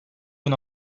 bin